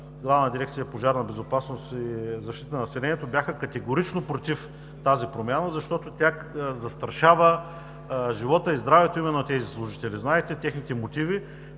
Главна дирекция „Пожарна безопасност и защита на населението“ бяха категорично против тази промяна, защото тя застрашава живота и здравето на тези служители. Знаете техните мотиви,